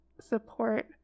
support